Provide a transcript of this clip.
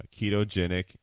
ketogenic